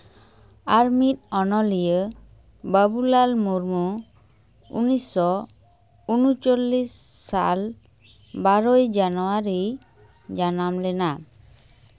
ᱟᱨ ᱢᱤᱫ ᱚᱱᱚᱞᱤᱭᱟᱹ ᱵᱟᱹᱵᱩᱞᱟᱞ ᱢᱩᱨᱢᱩ ᱩᱱᱤᱥᱥᱚ ᱩᱱᱩᱪᱚᱞᱞᱤᱥ ᱥᱟᱞ ᱵᱟᱨᱳᱭ ᱡᱟᱱᱣᱟᱨᱤ ᱡᱟᱱᱟᱢ ᱞᱮᱱᱟ